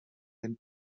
den